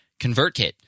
ConvertKit